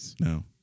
No